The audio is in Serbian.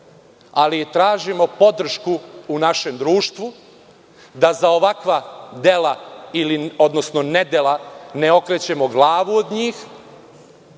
ali tražimo podršku u našem društvu da za ovakva dela odnosno nedela ne okrećemo glavu od njih,